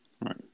Right